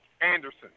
Anderson